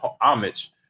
homage